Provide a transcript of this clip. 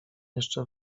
jeszcze